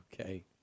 Okay